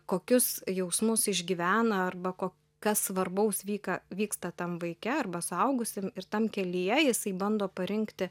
kokius jausmus išgyvena arba ko kas svarbaus vyka vyksta tam vaike arba suaugusiam ir tam kelyje jisai bando parinkti